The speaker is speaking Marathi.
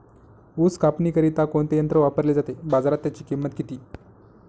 ऊस कापणीकरिता कोणते यंत्र वापरले जाते? बाजारात त्याची किंमत किती?